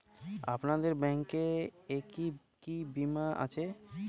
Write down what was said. আপনাদের ব্যাংক এ কি কি বীমা আছে?